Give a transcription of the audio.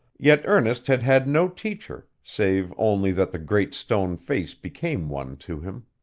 yet ernest had had no teacher, save only that the great stone face became one to him.